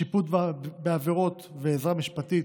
שיפוט בעבירות ועזרה משפטית),